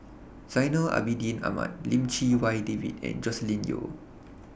Zainal Abidin Ahmad Lim Chee Wai David and Joscelin Yeo